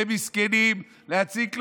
במסכנים, ולהציק להם.